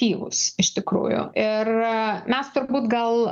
tylūs iš tikrųjų ir mes turbūt gal